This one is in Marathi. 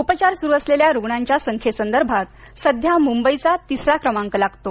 उचार सुरू असलेल्या रुग्णांच्या संख्येसंदर्भात सध्या मुंबईचा क्रमांक तिसरा लागतो